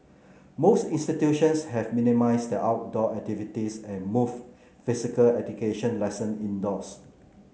most institutions have minimised their outdoor activities and moved physical education lesson indoors